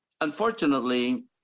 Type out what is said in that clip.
unfortunately